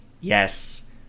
Yes